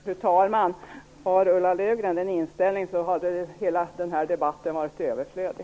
Fru talman! Har Ulla Löfgren den inställningen har hela den här debatten varit överflödig.